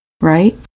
right